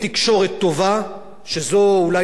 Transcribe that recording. וזו אולי נשמת אפה של הדמוקרטיה,